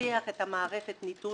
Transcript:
לפתח את מערכת הניטור